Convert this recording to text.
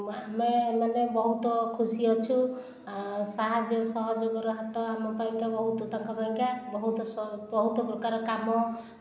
ଆମେ ମାନେ ବହୁତ ଖୁସି ଅଛୁ ସାହାଯ୍ୟ ସହଯୋଗର ହାତ ଆମ ପାଇଁ ତ ବହୁତ ବହୁତ ବହୁତ ପ୍ରକାର କାମ